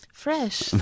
Fresh